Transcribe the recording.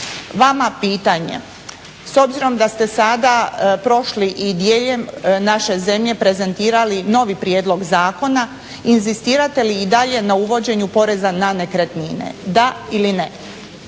Vama pitanje s obzirom da ste sada prošli i dijelom naše zemlje prezentirali novi prijedlog zakona inzistirate li i dalje na uvođenju poreza na nekretnine, da ili ne?